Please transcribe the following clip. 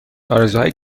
آرزوهای